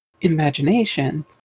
Imagination